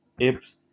apps